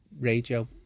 radio